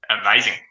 amazing